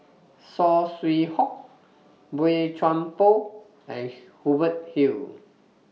Saw Swee Hock Boey Chuan Poh and Hubert Hill